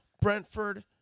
Brentford –